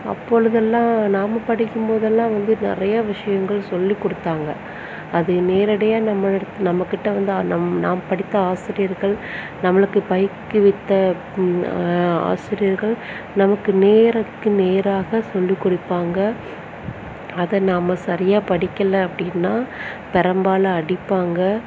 அப்பொழுதெல்லாம் நாம் படிக்குபோதெல்லாம் வந்து நிறையா விஷயங்கள் சொல்லிக் கொடுத்தாங்க அது நேரடியாக நம்ம இருக் நம்மக்கிட்ட வந்த நம் நாம் படித்த ஆசிரியர்கள் நம்மளுக்கு பயிற்று வித்த ஆசிரியர்கள் நமக்கு நேருக்கு நேராக சொல்லிக் கொடுப்பாங்க அதை நாம் சரியாக படிக்கல அப்படின்னா பெரம்பால் அடிப்பாங்க